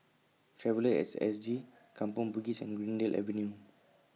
Traveller At S G Kampong Bugis and Greendale Avenue